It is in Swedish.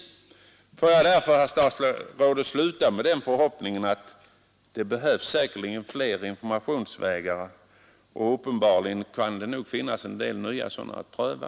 Får jag därför, herr statsråd, sluta med den förhoppningen att fler informationsvägar prövas, ty uppenbarligen finns det en del nya sådana.